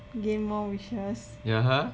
gain more wishes